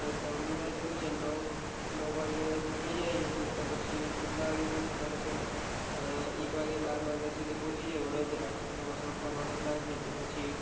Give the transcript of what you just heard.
શનિવારે શું છે નવ વાગે નીકળી જાય અહીંયાથી તો પછી કેટલા વાગે પહોંચે ધારો કે એક વાગે બાર વાગ્યા સુધી પહોંચી જાય વડોદરા અમારો ફરવાનો પ્લાન છે એટલે પછી